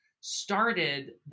started